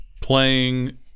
playing